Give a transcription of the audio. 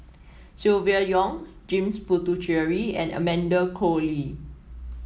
Silvia Yong James Puthucheary and Amanda Koe Lee